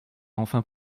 enfin